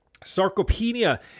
sarcopenia